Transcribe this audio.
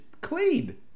clean